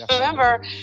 remember